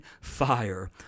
fire